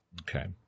Okay